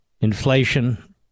Inflation